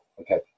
Okay